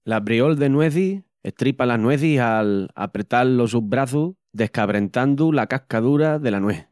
L'abriol de nuezis estripa las nuezis al apretal los sus braçus, descabrentandu la casca dura dela nues.